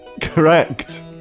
correct